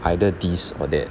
either this or that